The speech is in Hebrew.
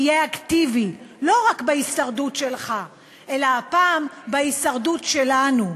תהיה אקטיבי לא רק בהישרדות שלך,